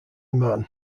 man